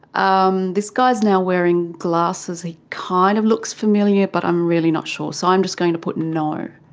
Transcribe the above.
um this guy is now wearing glasses, he kind of looks familiar but i'm really not sure, so i'm just going to put no.